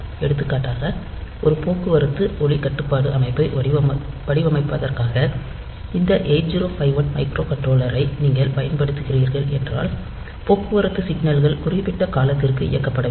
எடுத்துக்காட்டாக ஒரு போக்குவரத்து ஒளி கட்டுப்பாட்டு அமைப்பை வடிவமைப்பதற்காக இந்த 8051 மைக்ரோகண்ட்ரோலரை நீங்கள் பயன்படுத்துகிறீர்கள் என்றால் போக்குவரத்து சிக்னல்கள் குறிப்பிட்ட காலத்திற்கு இயக்கப்பட வேண்டும்